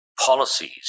policies